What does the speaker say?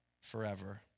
forever